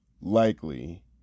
likely